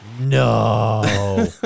No